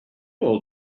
all